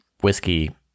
whiskey